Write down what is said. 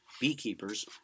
beekeepers